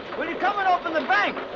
will you come and open the bank?